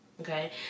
Okay